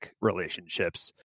relationships